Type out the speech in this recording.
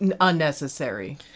unnecessary